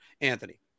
Anthony